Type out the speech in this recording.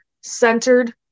centered